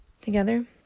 Together